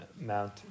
Mount